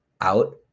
out